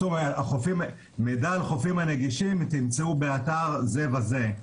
מידע על חופים נגישים תמצאו באתר זה וזה.